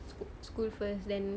sch~ school first then